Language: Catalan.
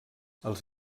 els